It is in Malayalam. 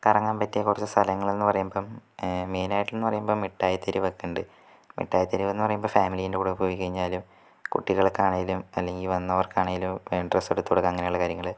കറങ്ങാൻ പറ്റിയ കുറച്ച് സ്ഥലങ്ങളെന്ന് പറയുമ്പം മെയിനായിട്ടെന്ന് പറയുമ്പം മിട്ടായി തെരുവൊക്കെ ഉണ്ട് മിട്ടായി തെരുവെന്ന് പറയുമ്പം ഫാമിലീൻ്റെ കൂടെ പോയി കഴിഞ്ഞാലും കുട്ടികൾക്കാണേലും അല്ലങ്കിൽ വന്നവർക്കാണേലും ഡ്രസ്സ് എടുത്ത് കൊടുക്കുക അങ്ങനെയുള്ള കാര്യങ്ങള്